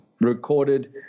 Recorded